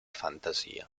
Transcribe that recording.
fantasia